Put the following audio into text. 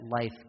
life